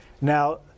Now